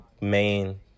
main